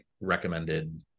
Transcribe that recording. recommended